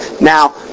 Now